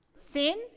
Sin